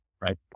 Right